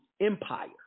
Empire